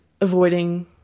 avoiding